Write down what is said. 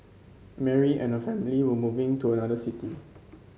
Mary and her family were moving to another city